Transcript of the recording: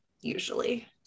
usually